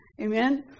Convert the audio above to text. Amen